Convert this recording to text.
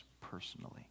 personally